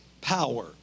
power